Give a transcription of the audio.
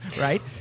Right